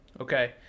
okay